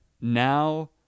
now